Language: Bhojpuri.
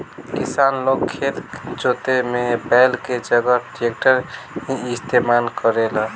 किसान लोग खेत जोते में बैल के जगह ट्रैक्टर ही इस्तेमाल करेला